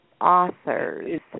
authors